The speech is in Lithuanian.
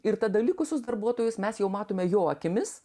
ir tada likusius darbuotojus mes jau matome jo akimis